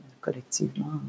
collectivement